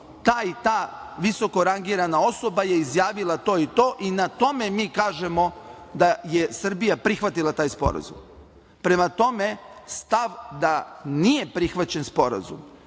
ta i ta visoko rangirana osoba je izjavila to i to i na tome mi kažemo da je Srbija prihvatila taj sporazum. Prema tome, stav da nije prihvaćen sporazum